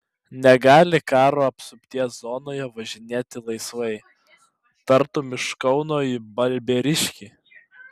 negali karo apsupties zonoje važinėti laisvai tartum iš kauno į balbieriškį